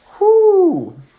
whoo